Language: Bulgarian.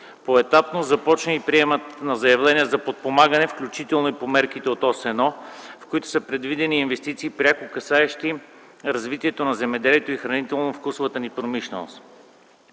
Поетапно започна и приемът на заявления за подпомагане, включително и по мерките от ОС-1, в които са предвидени инвестиции, пряко касаещи развитието на земеделието и хранително-вкусовата ни промишленост.